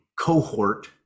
cohort